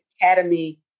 Academy